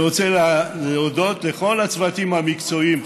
אני רוצה להודות לכל הצוותים המקצועיים.